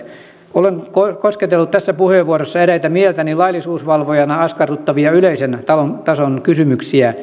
olen kosketellut tässä puheenvuorossa eräitä mieltäni laillisuusvalvojana askarruttavia yleisen tason tason kysymyksiä